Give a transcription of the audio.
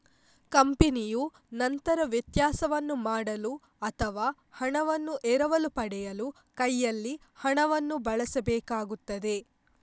ಕಂಪನಿಯು ನಂತರ ವ್ಯತ್ಯಾಸವನ್ನು ಮಾಡಲು ಅಥವಾ ಹಣವನ್ನು ಎರವಲು ಪಡೆಯಲು ಕೈಯಲ್ಲಿ ಹಣವನ್ನು ಬಳಸಬೇಕಾಗುತ್ತದೆ